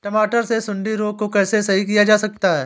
टमाटर से सुंडी रोग को कैसे सही किया जा सकता है?